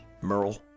Merle